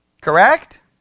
correct